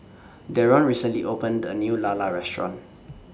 Deron recently opened A New Lala Restaurant